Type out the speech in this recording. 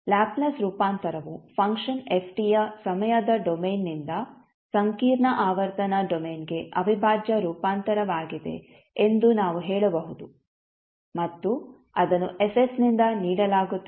Laplace ರೂಪಾಂತರವು function fಯ ಸಮಯದ ಡೊಮೇನ್ನಿಂದ ಸಂಕೀರ್ಣ ಆವರ್ತನ ಡೊಮೇನ್ಗೆ ಅವಿಭಾಜ್ಯ ರೂಪಾಂತರವಾಗಿದೆ ಎಂದು ನಾವು ಹೇಳಬಹುದು ಮತ್ತು ಅದನ್ನು F ನಿಂದ ನೀಡಲಾಗುತ್ತದೆ